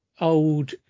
old